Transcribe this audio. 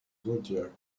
zodiac